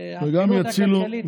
היציבות הכלכלית תחזור.